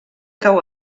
cau